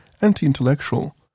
Anti-intellectual